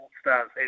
stars